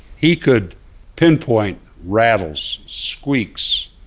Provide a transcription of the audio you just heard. he could pinpoint rattles, squeaks,